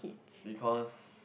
because